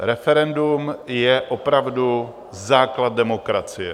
Referendum je opravdu základ demokracie.